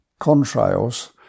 contrails